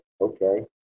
Okay